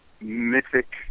mythic